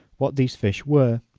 what these fish were.